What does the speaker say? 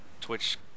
Twitch